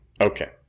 Okay